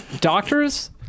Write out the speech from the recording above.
doctors